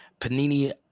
Panini